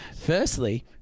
Firstly